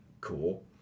cool